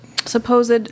supposed